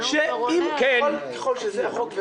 אבל אני עניתי שככל זה החוק,